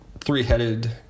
Three-headed